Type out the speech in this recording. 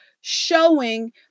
showing